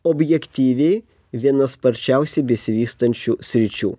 objektyviai viena sparčiausiai besivystančių sričių